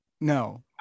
no